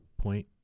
point